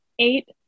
Eight